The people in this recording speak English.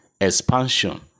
expansion